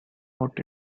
out